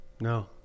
no